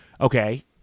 Okay